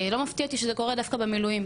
לא מפתיע אותי שזה קורה דווקא במילואים,